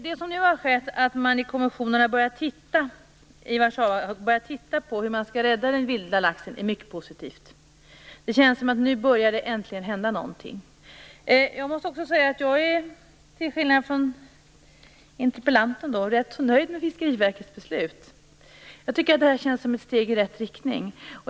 Det som nu har skett - att man i kommissionen i Warszawa har börjat titta på hur man skall rädda den vilda laxen - är mycket positivt. Det känns som att det äntligen börjar hända någonting. Jag måste också säga att jag till skillnad från interpellanten är rätt nöjd med Fiskeriverkets beslut. Jag tycker att det känns som ett steg i rätt riktning.